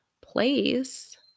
place